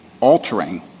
altering